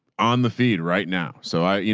on the feed right now. so i, you